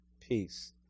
peace